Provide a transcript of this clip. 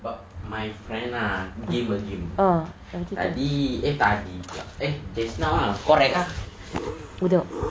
about my friend lah game eh game tadi eh tadi pula just now ah correct ah